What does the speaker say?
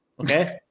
Okay